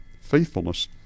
faithfulness